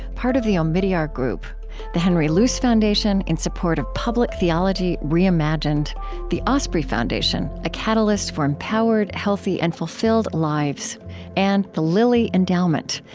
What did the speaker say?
part of the omidyar group the henry luce foundation, in support of public theology reimagined the osprey foundation a catalyst for empowered, healthy, and fulfilled lives and the lilly endowment,